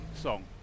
song